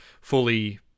fully